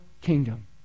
kingdom